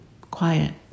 quiet